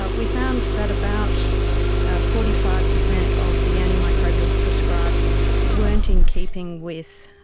but we found that about forty five percent of the antimicrobials prescribed weren't in keeping with